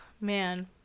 man